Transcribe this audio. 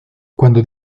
cuando